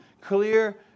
clear